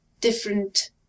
different